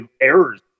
errors